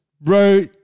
bro